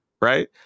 Right